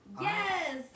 Yes